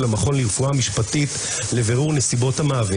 למועדת יותר לפורענות ואת האחריות שלנו לגבוהה